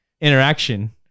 interaction